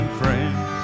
friends